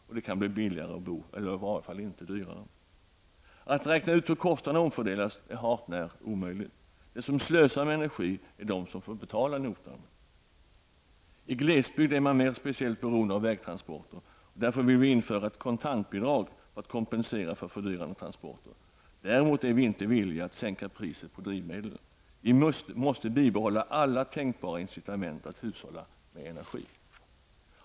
Och det kan då bli billigare att bo, i varje fall inte dyrare. Att räkna ut hur kostnaderna omfördelas är hart när omöjligt. De som slösar med energi är de som får betala notan. I glesbygd är man speciellt beroende av vägtransporter. Därför vill vi införa ett kontantbidrag för att kompensera för fördyrande transporter. Däremot är vi inte villiga att sänka priset på drivmedel. Vi måste bibehålla alla tänkbara incitament till att hushålla med energi.